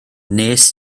wnest